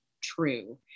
true